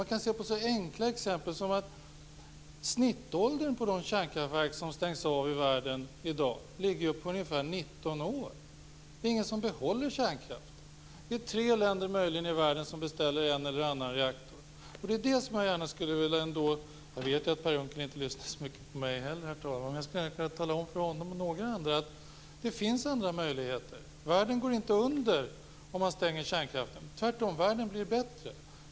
Man kan se på så enkla exempel som att snittåldern på de kärnkraftverk som stängs av i världen i dag ligger på ungefär 19 år. Det är ingen som behåller kärnkraften. Det finns möjligen tre länder i världen som beställer en eller annan reaktor. Jag vet att Per Unckel inte lyssnar så mycket på mig heller, herr talman. Jag skall ändå tala om för honom och några andra att det finns andra möjligheter. Världen går inte under om man stänger kärnkraftverk. Världen blir tvärtom bättre.